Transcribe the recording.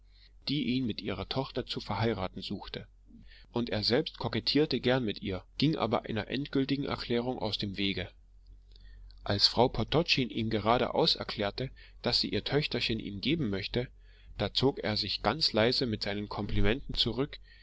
die ihn mit ihrer tochter zu verheiraten suchte und er selbst kokettierte gern mit ihr ging aber einer endgültigen erklärung aus dem wege als frau podtotschin ihm geradeheraus erklärte daß sie ihr töchterchen ihm geben möchte da zog er sich ganz leise mit seinen komplimenten zurück